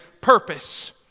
purpose